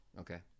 Okay